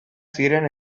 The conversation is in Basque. ziren